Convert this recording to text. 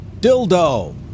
Dildo